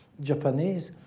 japanese,